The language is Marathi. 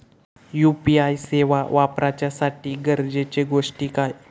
यू.पी.आय सेवा वापराच्यासाठी गरजेचे गोष्टी काय?